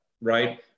right